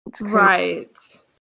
Right